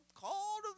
called